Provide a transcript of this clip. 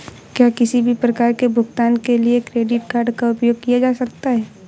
क्या किसी भी प्रकार के भुगतान के लिए क्रेडिट कार्ड का उपयोग किया जा सकता है?